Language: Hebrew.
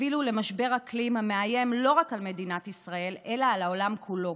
הובילו למשבר אקלים המאיים לא רק על מדינת ישראל אלא על העולם כולו.